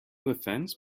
offense